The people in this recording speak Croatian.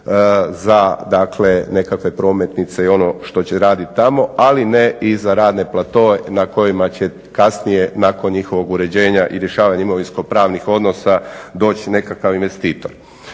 nekakve prometnice i ono što će radit tamo ali ne i za radne platoe na kojima će kasnije nakon njihovog uređenja i rješavanja imovinsko-pravnih odnosa doći nekakav investitor.